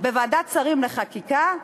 בוועדת שרים לחקיקה,